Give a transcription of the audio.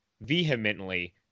vehemently